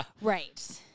Right